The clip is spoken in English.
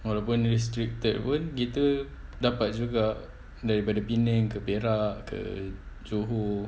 walaupun restricted pun kita dapat juga daripada penang ke perak ke johor